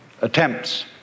attempts